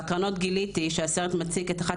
בהקרנות גיליתי שהסרט מציג את אחת